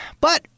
But-